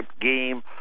game